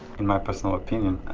in my personal opinion,